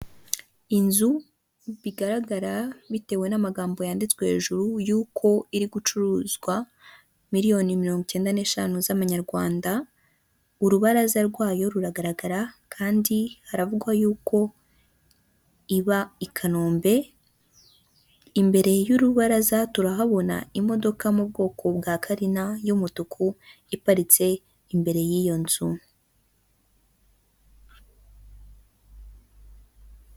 Umugabo mugufi wambaye ipantaro y'umukara n'umupira usa nkivu aho arimo araseka areba umuntu uri kumufotora, inyuma ye hari icyapa kinini cyane gisa ubururu.